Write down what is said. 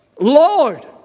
Lord